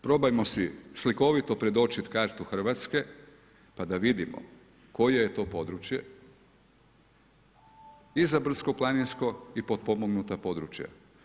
Probajmo si slikovito predočiti kartu Hrvatske pa da vidimo koje je to područje i za brdsko-planinsko i potpomognuta područja.